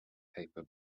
paper